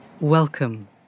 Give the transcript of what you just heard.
Welcome